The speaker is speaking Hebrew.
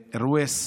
לרואס,